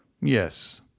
Yes